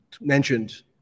mentioned